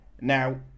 now